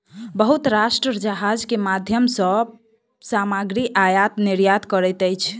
बहुत राष्ट्र जहाज के माध्यम सॅ सामग्री आयत निर्यात करैत अछि